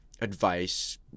advice